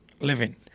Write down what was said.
living